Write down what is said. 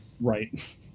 right